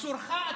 סורך אתה.